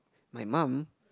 my mum